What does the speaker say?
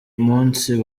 munsi